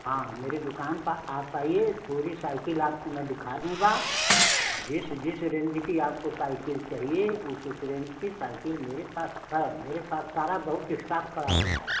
हाँ मेरी दुकान पर आप आइए पूरी साइकिल आपको मैं दिखा दूँगा जिस जिस रेंज की आपको साइकिल चाहिए उस उस रेंज की साइकिल मेरे पास है मेरे पास सारा बहुत इस्टाक पड़ा हुआ है